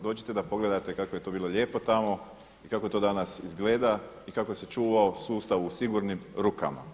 Dođite da pogledate kako je to bilo lijepo tamo i kako to danas izgleda i kako se čuvao sustav u sigurnim rukama.